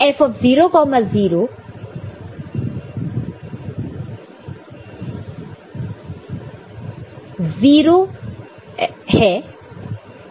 F 00 0 1 है